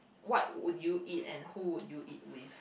what would you eat and who would you eat with